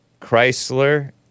Chrysler